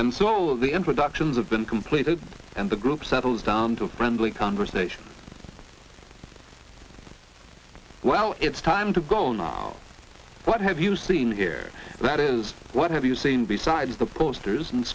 and so the introductions have been completed and the group settles down to a friendly conversation well it's time to go now what have you seen here that is what have you seen besides the posters and